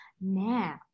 Now